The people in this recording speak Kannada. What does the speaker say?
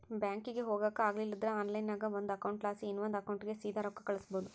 ಬ್ಯಾಂಕಿಗೆ ಹೊಗಾಕ ಆಗಲಿಲ್ದ್ರ ಆನ್ಲೈನ್ನಾಗ ಒಂದು ಅಕೌಂಟ್ಲಾಸಿ ಇನವಂದ್ ಅಕೌಂಟಿಗೆ ಸೀದಾ ರೊಕ್ಕ ಕಳಿಸ್ಬೋದು